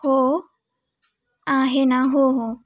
हो आहे ना हो हो